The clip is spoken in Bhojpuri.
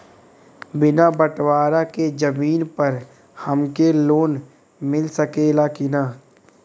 बिना बटवारा के जमीन पर हमके लोन मिल सकेला की ना?